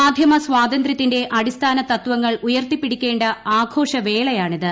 മാധ്യമ സ്വാതന്ത്രിത്തിന്റെ അടിസ്ഥാന തത്വങ്ങൾ ഉയർത്തിപ്പിടിക്കേണ്ട ആഘോഷ്വേളയാണിത്